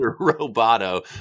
Roboto